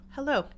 Hello